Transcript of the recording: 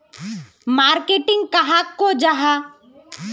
Marketing कहाक को जाहा?